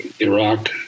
Iraq